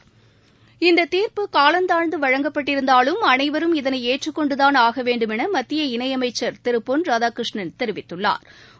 எந்த இந்த தீர்ப்பு காலம் தாழ்ந்து வழங்கப்பட்டிருந்தாலும் அனைவரும இதனை ஏற்றுக் கொண்டுதான் ஆக வேண்டுமென மத்திய இணை அமைச்சா் திரு பொன் ராதாகிருஷ்ணன் தெரிவித்துள்ளாா்